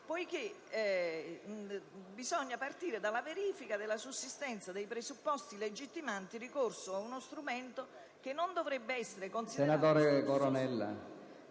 poiché bisogna partire dalla verifica della sussistenza dei presupposti legittimanti il ricorso ad uno strumento che non dovrebbe essere considerato sostitutivo delle